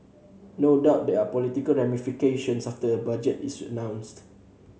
no doubt there are political ramifications after a budget is announced